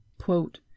Quote